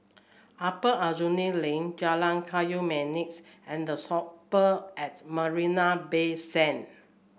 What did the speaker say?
Upper Aljunied Link Jalan Kayu Manis and The Shopper at Marina Bay Sands